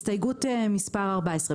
הסתייגות 14,